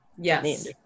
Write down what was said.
Yes